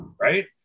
right